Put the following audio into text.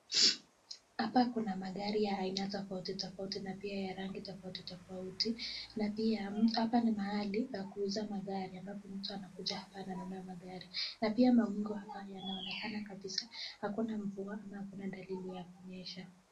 Hapa kuna magari ya aina tofautitofauti, na pia ninya rangi tofautitofauti, na pia hapa ni mahali pa kuuza magari ambaopo mtu nakuja hapa ananunua magari, na pia mawingu yanaonekana kabisa hakuna mvua, ama hakuna dalili ya kunyesha.